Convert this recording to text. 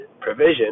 provision